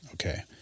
Okay